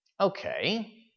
Okay